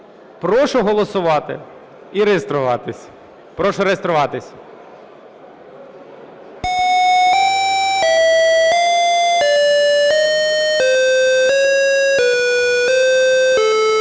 Прошу голосувати і реєструватись. Прошу реєструватись.